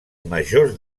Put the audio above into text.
majors